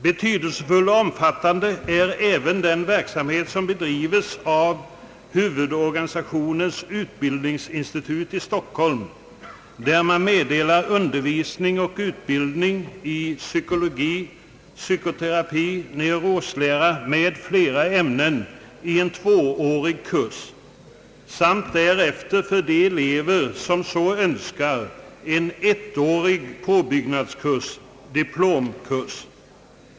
Betydelsefull och omfattande är även den verksamhet som bedrives av huvudorganisationens utbildningsinstitut i Stockholm, där man meddelar undervisning och utbildning i psykologi, psykoterapi, neuroslära m.fl. ämnen i en tvåårig kurs. De elever som så önskar kan därefter genomgå en ettårig påbyggnadskurs, diplomkurs.